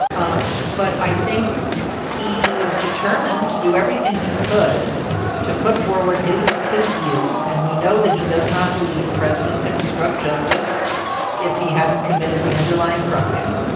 um but i think he was determined to do everything he could to put forward his his view. and we know that he does not believe a president can obstruct justice if he hasn't committed the underlying crime,